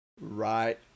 right